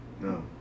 No